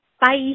Bye